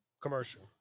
commercial